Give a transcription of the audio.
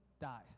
die